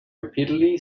repeatedly